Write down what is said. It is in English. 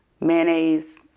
mayonnaise